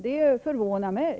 Det förvånar mig.